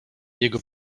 jego